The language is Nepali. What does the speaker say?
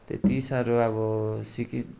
त्यति साह्रो अब सिकेँ